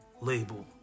label